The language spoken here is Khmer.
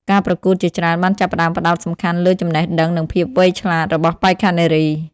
ការប្រកួតជាច្រើនបានចាប់ផ្តើមផ្តោតសំខាន់លើចំណេះដឹងនិងភាពវៃឆ្លាតរបស់បេក្ខនារី។